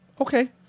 Okay